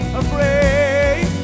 afraid